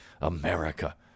America